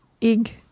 Ig